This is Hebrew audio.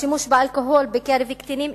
בשימוש באלכוהול בקרב קטינים,